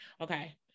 Okay